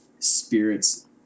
Spirits